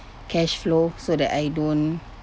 cash flow so that I don't